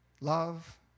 Love